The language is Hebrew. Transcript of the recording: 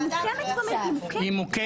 היא מוקמת.